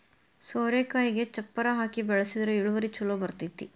ಸೋರೆಕಾಯಿಗೆ ಚಪ್ಪರಾ ಹಾಕಿ ಬೆಳ್ಸದ್ರ ಇಳುವರಿ ಛಲೋ ಬರ್ತೈತಿ